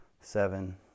seven